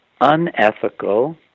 unethical